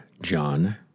John